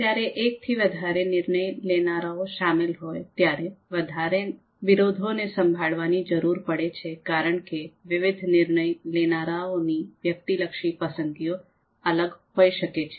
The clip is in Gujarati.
જ્યારે એક થી વધારે નિર્ણય લેનારાઓ શામેલ હોય ત્યારે વિરોધોને સંભાળવાની જરૂર પડે છે કારણ કે વિવિધ નિર્ણય લેનારાઓની વ્યક્તિલક્ષી પસંદગીઓ અલગ હોઈ શકે છે